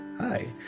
hi